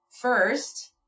first